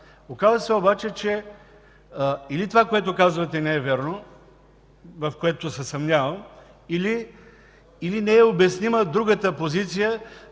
Оказва се обаче, че или това, което казвате, не е вярно, в което се съмнявам, или не е обяснима другата позиция